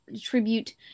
tribute